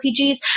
RPGs